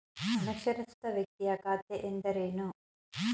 ಅನಕ್ಷರಸ್ಥ ವ್ಯಕ್ತಿಯ ಖಾತೆ ಎಂದರೇನು?